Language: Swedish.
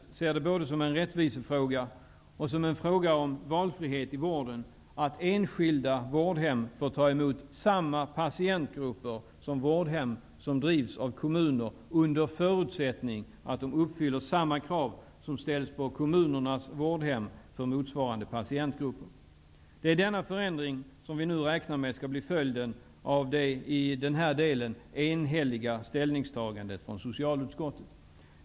Vi ser det både som en rättvisefråga och som en fråga om valfrihet i vården att enskilda vårdhem får ta emot samma patientgrupper som de vårdhem får ta emot som drivs av kommuner, under förutsättning att de uppfyller de krav som ställs på kommunernas vårdhem för motsvarande patientgrupper. Det är en sådan förändring som vi nu räknar med skall bli följden av socialutskottets, i den här delen, enhälliga ställningstagande. Herr talman!